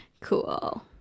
Cool